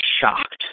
shocked